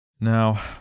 Now